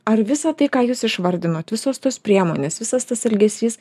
ar visa tai ką jūs išvardinot visos tos priemonės visas tas elgesys